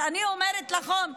אז אני אומרת לכם,